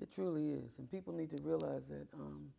it truly is and people need to realize that